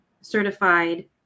certified